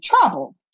trouble